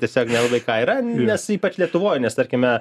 tiesiog nelabai ką yra nes ypač lietuvoj nes tarkime